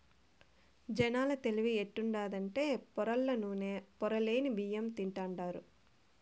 జనాల తెలివి ఎట్టుండాదంటే పొరల్ల నూనె, పొరలేని బియ్యం తింటాండారు